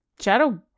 Shadow